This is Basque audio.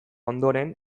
ondoren